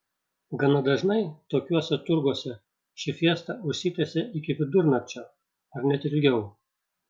gana dažnai tokiuose turguose ši fiesta užsitęsia iki vidurnakčio ar net ilgiau